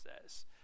says